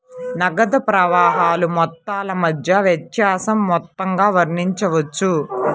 నగదు ప్రవాహాల మొత్తాల మధ్య వ్యత్యాస మొత్తంగా వర్ణించవచ్చు